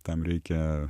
tam reikia